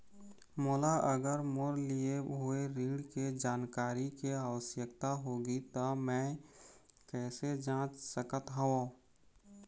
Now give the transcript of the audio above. मोला अगर मोर लिए हुए ऋण के जानकारी के आवश्यकता होगी त मैं कैसे जांच सकत हव?